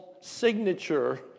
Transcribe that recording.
signature